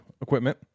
equipment